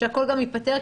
הכול גם ייפתר,